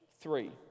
three